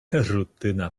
rutyna